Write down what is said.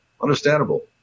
understandable